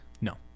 No